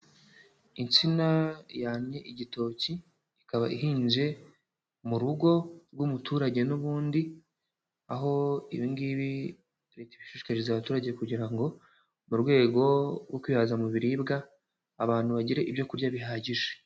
Insina yannye igitoki, ikaba ihinze mu rugo rw'umuturage n'ubundi, aho ibingibi leta ibishishikariza abaturage kugira ngo mu rwego rwo kwihaza mu biribwa abantu bagire ibyo kurya bihagije.